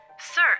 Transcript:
Sir